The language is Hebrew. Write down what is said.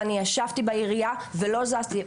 ואני ישבתי בעירייה ולא זזתי,